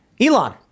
Elon